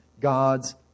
God's